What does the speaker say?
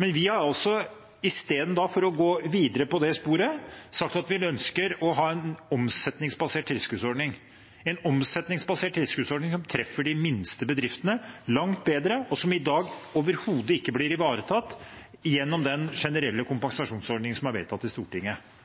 Men istedenfor å gå videre på det sporet har vi sagt at vi ønsker å ha en omsetningsbasert tilskuddsordning – en omsetningsbasert tilskuddsordning som treffer de minste bedriftene langt bedre, de som i dag overhodet ikke blir ivaretatt gjennom den generelle kompensasjonsordningen som er vedtatt i Stortinget.